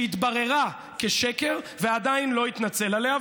שהתבררה כשקר ועדיין הוא לא התנצל עליה,